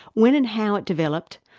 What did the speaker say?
when and how it developed,